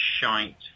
shite